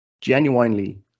genuinely